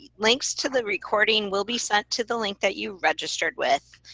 links to the recording will be sent to the link that you registered with.